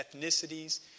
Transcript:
ethnicities